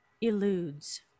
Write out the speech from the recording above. eludes